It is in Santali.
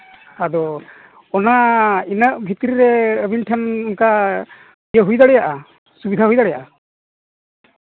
ᱟᱫᱚ ᱚᱱᱟ ᱩᱱᱟᱹᱜ ᱵᱷᱤᱛᱨᱤ ᱨᱮ ᱟᱹᱵᱤᱱ ᱴᱷᱮᱱ ᱚᱱᱠᱟ ᱦᱩᱭ ᱫᱟᱲᱮᱭᱟᱜᱼᱟ ᱥᱩᱵᱤᱫᱷᱟ ᱦᱩᱭ ᱫᱟᱲᱮᱭᱟᱜᱼᱟ